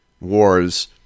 wars